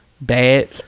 bad